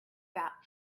that